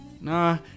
nah